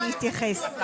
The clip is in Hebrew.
אני אתייחס.